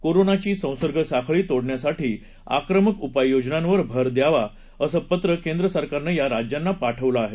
कोरोनाची संसर्गसाखळी तोडण्यासाठी आक्रमक उपाययोजनांवर भर द्यावा असं पत्र केंद्र सरकारनं या राज्यांना पाठवलं आहे